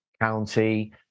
county